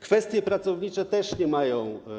Kwestie pracownicze też nie mają.